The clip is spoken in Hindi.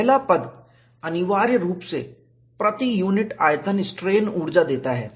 पहला पद अनिवार्य रूप से प्रति यूनिट आयतन स्ट्रेन ऊर्जा देता है